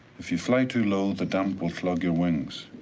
if you fly too low, the damp will flog your wings.